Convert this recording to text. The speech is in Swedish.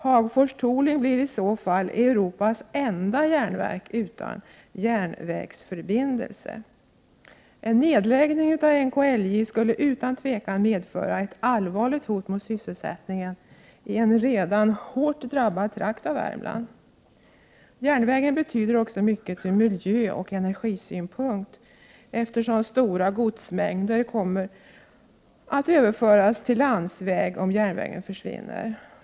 Hagfors Tooling blir i så fall Europas enda järnverk utan järnvägsförbindelse. En nedläggning av NKIJ skulle utan tvivel medföra ett allvarligt hot mot sysselsättningen i en redan hårt drabbad trakt av Värmland. Järnvägen betyder också mycket ur miljöoch energisynpunkt, eftersom stora godsmängder kommer att överföras till landsväg om järnvägen försvinner.